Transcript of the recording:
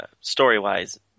story-wise